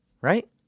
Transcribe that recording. Right